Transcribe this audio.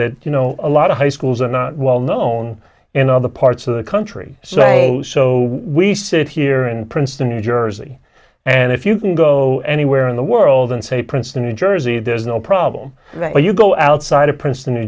that you know a lot of high schools are not well known on in other parts of the country so so we sit here and princeton new jersey and if you can go anywhere in the world and say princeton new jersey there's no problem you go outside of princeton new